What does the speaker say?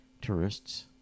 tourists